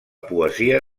poesia